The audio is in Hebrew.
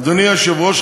אדוני היושב-ראש,